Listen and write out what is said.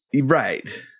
right